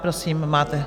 Prosím, máte...